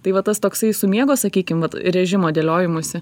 tai vat tas toksai su miego sakykim vat režimo dėliojimusi